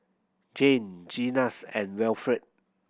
Jann Zenas and Wilfrid